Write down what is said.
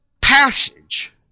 passage